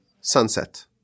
sunset